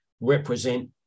represent